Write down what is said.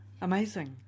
Amazing